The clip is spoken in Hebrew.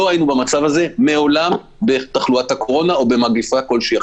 לא היינו במצב הזה מעולם בתחלואת הקורונה או במגפה אחרת כלשהי.